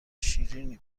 شیریننی